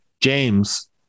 James